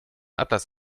atlas